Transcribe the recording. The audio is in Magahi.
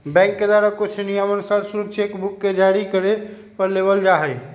बैंक के द्वारा कुछ नियमानुसार शुल्क चेक बुक के जारी करे पर लेबल जा हई